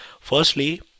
Firstly